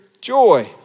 joy